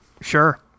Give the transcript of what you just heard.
Sure